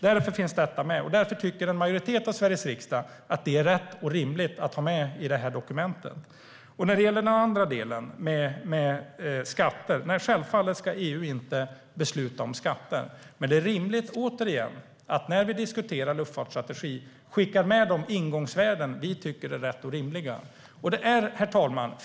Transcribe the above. Därför finns detta med, och därför tycker en majoritet av Sveriges riksdag att det är rätt och rimligt att ha med det i dokumenten. När det gäller den andra delen, skatter, ska EU självfallet inte besluta om dem. Men det är rimligt, återigen, att vi när vi diskuterar luftfartsstrategi skickar med de ingångsvärden vi tycker är rätt och rimliga. Herr talman!